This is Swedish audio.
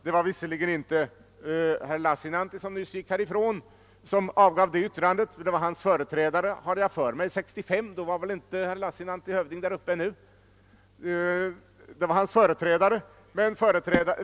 Dess yttrande avgavs inte av herr Lassinantti utan jag har för mig att det kom från hans företrädare. År 1965 var inte herr Lassinantti hövding där uppe.